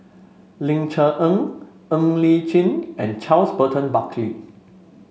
Ling Cher Eng Ng Li Chin and Charles Burton Buckley